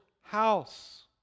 house